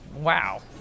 wow